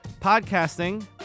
podcasting